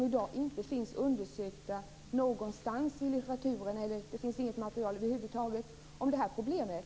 I dag finns de inte undersökta någonstans i litteraturen. Det finns inget material över huvud taget om det här problemet.